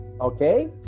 Okay